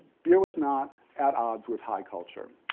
beer was not at odds with high culture.